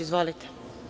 Izvolite.